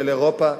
של אירופה וככלל.